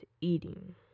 eating